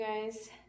guys